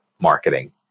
marketing